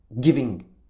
giving